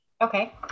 Okay